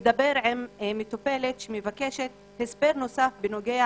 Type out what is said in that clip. מדבר עם מטופלת שמבקשת הסבר נוסף בנוגע